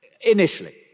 Initially